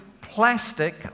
plastic